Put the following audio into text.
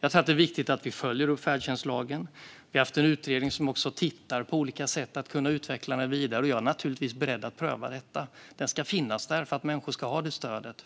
Jag tror att det är viktigt att vi följer upp färdtjänstlagen. Vi har en utredning som tittar på olika sätt att kunna utveckla den vidare, och jag är naturligtvis beredd att pröva detta. Den ska finnas för att människor ska ha det stödet.